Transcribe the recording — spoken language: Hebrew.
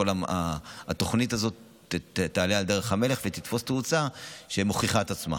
כל התוכנית הזאת תעלה על דרך המלך ותתפוס תאוצה שמוכיחה את עצמה.